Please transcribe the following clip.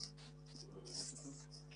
בבקשה.